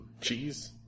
Cheese